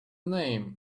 name